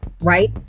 right